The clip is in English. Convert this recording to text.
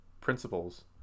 principles